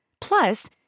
Plus